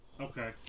Okay